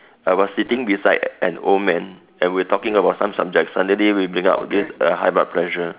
I was sitting beside an old man and we were talking about some subjects suddenly we bring out this uh high blood pressure